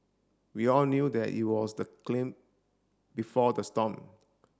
we all knew that it was the clam before the storm